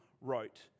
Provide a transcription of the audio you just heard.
wrote